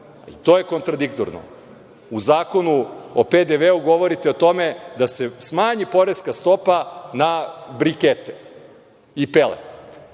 to je kontradiktorno, u Zakonu o PDV-u govorite o tome da se smanji poreska stopa na brikete i pelet,